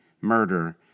murder